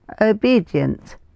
obedient